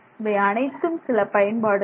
இவை அனைத்தும் சில பயன்பாடுகள்